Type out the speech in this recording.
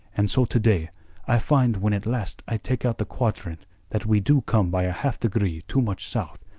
and so to-day i find when at last i take out the quadrant that we do come by a half-degree too much south,